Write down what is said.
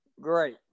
great